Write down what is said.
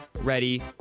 ready